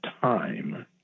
time